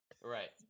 Right